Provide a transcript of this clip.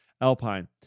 Alpine